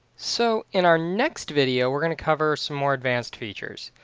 so in our next video we're going to cover some more advanced features.